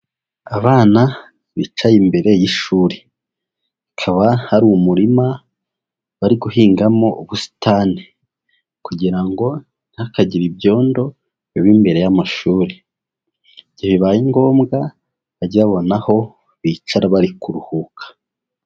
Abana bicaye imbere y'ishuri. Hakaba hari umurima bari guhingamo ubusitani kugira ngo ntihakagire ibyondo biba imbere y'amashuri. Igihe bibaye ngombwa bajye babona aho bicara bari kuruhuka.